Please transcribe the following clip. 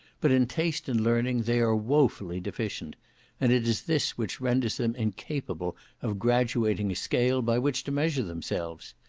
but in taste and learning they are woefully deficient and it is this which renders them incapable of graduating a scale by which to measure themselves.